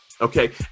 Okay